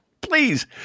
please